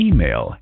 Email